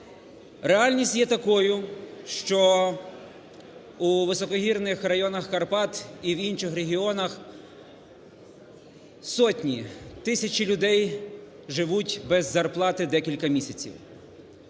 Реальність є такою, що у високогірних районах Карпат і в інших регіонах сотні, тисячі людей живуть без зарплати декілька місяців.